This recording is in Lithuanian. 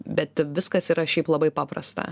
bet viskas yra šiaip labai paprasta